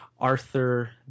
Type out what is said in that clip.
Arthur